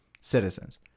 citizens